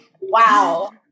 wow